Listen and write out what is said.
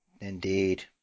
Indeed